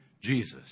Jesus